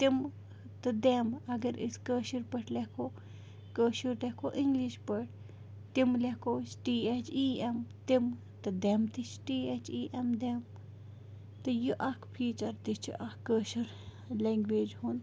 تِمہٕ تہٕ دٮ۪م اگر أسۍ کٲشِر پٲٹھۍ لیکھو کٲشُر لیکھو اِنٛگلِش پٲٹھۍ تِمہٕ لیکھو أسۍ ٹی اٮ۪چ ای اٮ۪م تِم تہٕ دٮ۪م تہِ چھِ ٹی اٮ۪چ ای اٮ۪م دٮ۪م تہٕ یہِ اَکھ پھیٖچَر تہِ چھِ اَکھ کٲشِر لٮ۪نٛگویج ہُنٛد